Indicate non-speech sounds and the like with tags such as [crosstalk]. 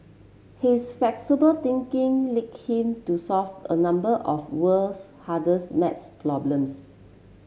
his flexible thinking [unintelligible] him to solve a number of world's hardest maths problems